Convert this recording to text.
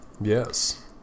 Yes